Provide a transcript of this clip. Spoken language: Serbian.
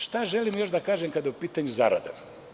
Šta želim još da kažem kada je u pitanju zarada?